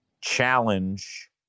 challenge